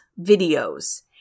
videos